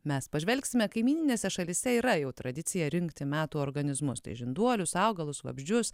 mes pažvelgsime kaimyninėse šalyse yra jau tradicija rinkti metų organizmus tai žinduolius augalus vabzdžius